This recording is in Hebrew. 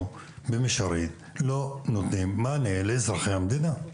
במישרין לא נותנים מענה לאזרחי המדינה.